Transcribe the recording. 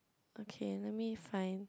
okay let me find